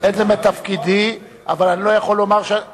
אין זה מתפקידי, אבל אני לא יכול לומר שאני